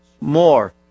more